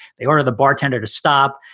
they order the bartender to stop.